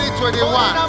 2021